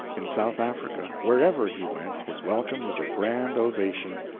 in south africa wherever he went his welcome was a grand ovation,